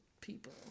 people